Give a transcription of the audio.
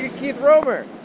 keith romer.